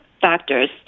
factors